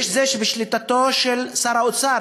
זה בשליטתו של שר האוצר,